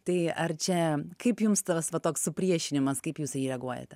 tai ar čia kaip jums tas va toks supriešinimas kaip jūs į jį reaguojate